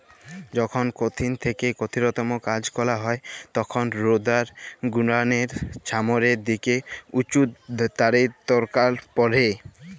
যখল কঠিল থ্যাইকে কঠিলতম কাজ ক্যরা হ্যয় তখল রোডার গুলালের ছামলের দিকে উঁচুটালের দরকার পড়হে